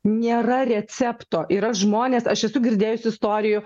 nėra recepto yra žmonės aš esu girdėjus istorijų